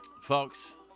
Folks